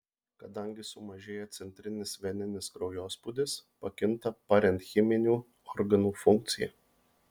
kadangi sumažėja centrinis veninis kraujospūdis pakinta parenchiminių organų funkcija